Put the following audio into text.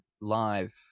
live